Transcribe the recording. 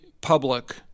public